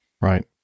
Right